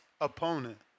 opponent